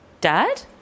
Dad